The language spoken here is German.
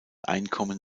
einkommen